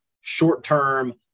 short-term